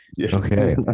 Okay